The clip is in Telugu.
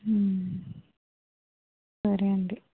సరే అండి